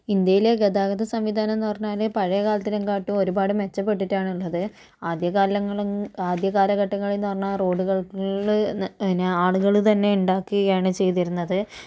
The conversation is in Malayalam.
ഇന്ത്യയിലെ ഗതാഗത സംവിധാനമെന്ന് പറഞ്ഞാൽ പഴേ കാലത്തിനേക്കാളും ഒരുപാട് മെച്ചപ്പെട്ടിട്ടാണ് ഉള്ളത് ആദ്യ കാലങ്ങൾ ആദ്യ കാലഘട്ടങ്ങളിൽ നിന്ന് പറഞ്ഞാൽ റോഡുകൾ പിന്നെ ആളുകൾ തന്നെ ഉണ്ടാക്കുകയാണ് ചെയ്തിരുന്നത്